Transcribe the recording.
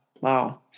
Wow